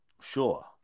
Sure